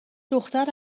دختر